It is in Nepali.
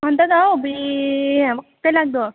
अन्त त हौ अबुइ वाक्कै लाग्दो